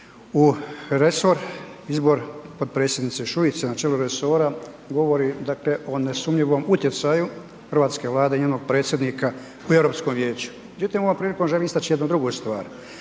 u resor, izbor potpredsjednice Šuice na čelu resora govori o nesumnjivom utjecaju hrvatske Vlade i njenog predsjednika u Europskom vijeću. Međutim, ovom prilikom želim istaći jednu drugu stvar,